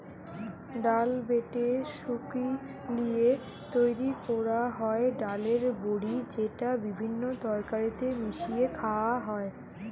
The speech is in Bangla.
ডাল বেটে শুকি লিয়ে তৈরি কোরা হয় ডালের বড়ি যেটা বিভিন্ন তরকারিতে মিশিয়ে খায়া হয়